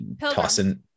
tossing